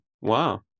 Wow